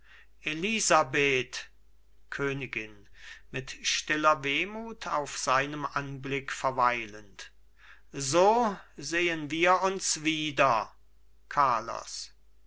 elisabeth königin mit stiller wehmut auf seinem anblick verweilend so sehen wir uns wieder carlos